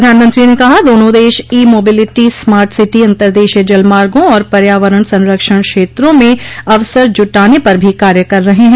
प्रधानमंत्री ने कहा दोनों देश ई मोबिलिटी स्मार्ट सिटी अंतर्देशीय जल मार्गों और पर्यावरण संरक्षण क्षेत्रों में अवसर जुटाने पर भी कार्य कर रहे हैं